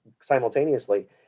simultaneously